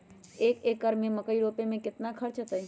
एक एकर में मकई रोपे में कितना खर्च अतै?